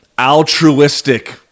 altruistic